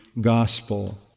gospel